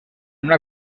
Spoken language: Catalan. una